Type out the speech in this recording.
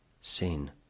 Sin